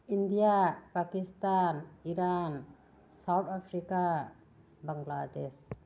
India Pakistan Iran South Africa Bangladesh